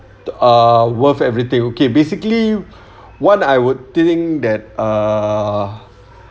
uh worth everything okay basically what I would think that uh